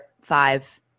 five